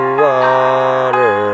water